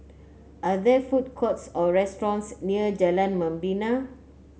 are there food courts or restaurants near Jalan Membina